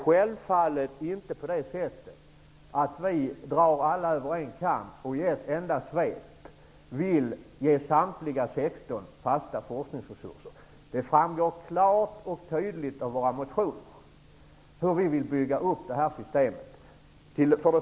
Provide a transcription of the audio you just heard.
Självfallet drar vi inte alla över en kam, och vi vill inte i ett enda svep ge samtliga högskolor fasta forskningsresurser. Det framgår klart och tydligt av våra motioner hur vi vill bygga upp detta system.